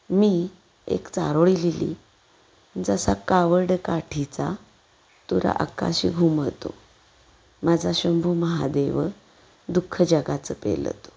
मी एक चारोळी लिहिली जसा कावड काठीचा तुरा आकाशी घुमतो माझा शंभू महादेव दुःख जगाचं पेलतो